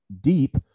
deep